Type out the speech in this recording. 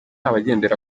abagendera